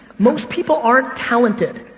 most people aren't talented.